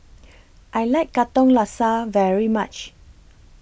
I like Katong Laksa very much